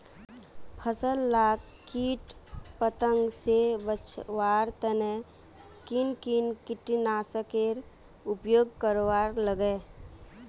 फसल लाक किट पतंग से बचवार तने किन किन कीटनाशकेर उपयोग करवार लगे?